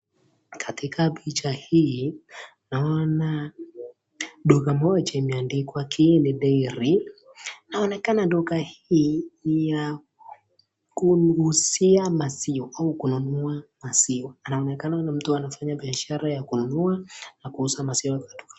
Katika picha hii naona duka moja imeandikwa Kieni Dairy, inaonekana duka hii ni ya kuuzia maziwa au kununua maziwa, anaonekana ni mtu anafanya biashara ya kununua na kuuza maziwa.